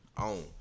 own